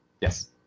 Yes